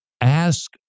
ask